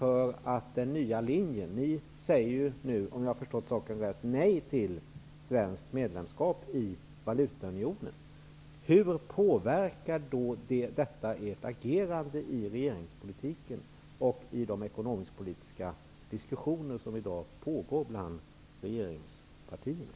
Om jag har förstått rätt säger ni nej till svenskt medlemskap i Valutaunionen. Hur påverkar det ert agerande i regeringspolitiken och i de ekonomiskpolitiska diskussioner som i dag pågår bland regeringspartierna?